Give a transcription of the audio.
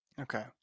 okay